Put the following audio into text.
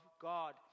God